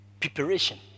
preparation